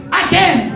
again